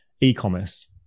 e-commerce